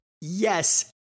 Yes